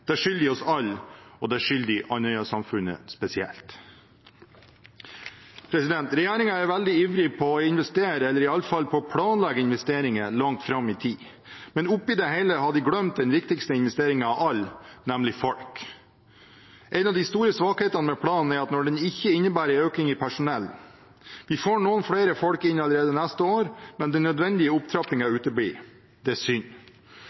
Det skylder de oss alle, og det skylder de Andøya-samfunnet spesielt. Regjeringen er veldig ivrig på å investere, eller i alle fall på å planlegge investeringer langt fram i tid. Men oppi det hele har de glemt den viktigste investeringen av alle, nemlig folk. En av de store svakhetene med planen er at den ikke innebærer et økning i personell. Vi får noen flere folk inn allerede neste år, men den nødvendige opptrappingen uteblir. Det er synd.